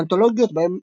אנתולוגיות בהן